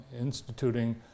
instituting